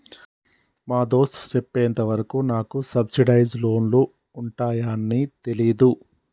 మా దోస్త్ సెప్పెంత వరకు నాకు సబ్సిడైజ్ లోన్లు ఉంటాయాన్ని తెలీదు